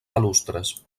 balustres